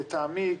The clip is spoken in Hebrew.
לטעמי,